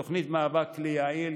התוכנית מהווה כלי יעיל,